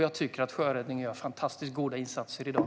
Jag tycker att sjöräddningen gör fantastiskt goda insatser i dag.